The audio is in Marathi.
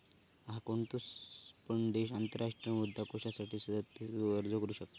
हा, कोणतो पण देश आंतरराष्ट्रीय मुद्रा कोषासाठी सदस्यतेचो अर्ज करू शकता